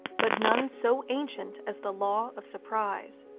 but none so ancient as the law of surprise.